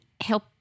help